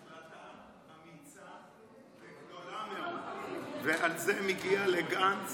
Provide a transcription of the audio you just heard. זאת החלטה אמיצה וגדולה מאוד, ועל זה מגיעות לגנץ